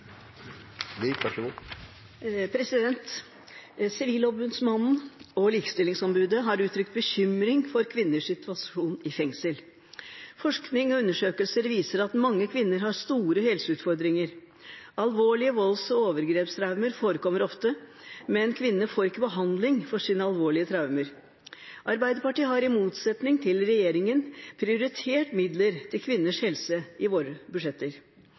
og Likestillingsombudet har uttrykt bekymring for kvinners situasjon i fengsel. Forskning og undersøkelser viser at mange kvinner har store helseutfordringer. Alvorlige volds- og overgrepstraumer forekommer ofte, men kvinnene får ikke behandling for sine alvorlige traumer. Arbeiderpartiet har, i motsetning til regjeringen, prioritert midler til kvinners helse i våre budsjetter.